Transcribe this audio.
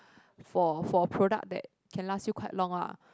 for for product that can last you quite long lah